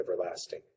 everlasting